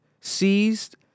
seized